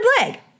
leg